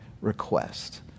request